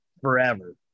forever